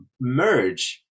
merge